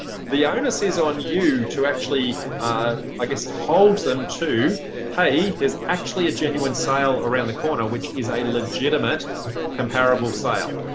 the onus is on you to actually like hold them to hey there's actually a genuine sale around the corner which is a legitimate comparable sale.